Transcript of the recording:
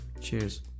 Cheers